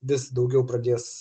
vis daugiau pradės